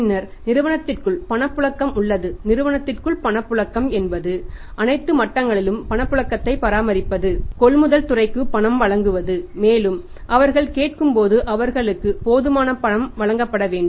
பின்னர் நிறுவனத்திற்குள் பணப்புழக்கம் உள்ளது நிறுவனத்திற்குள் பணப்புழக்கம் என்பது அனைத்து மட்டங்களிலும் பணப்புழக்கத்தை பராமரிப்பது கொள்முதல் துறைக்கு பணம் வழங்குவது மேலும் அவர்கள் கேட்கும்போது அவர்களுக்கு போதுமான பணம் வழங்கப்பட வேண்டும்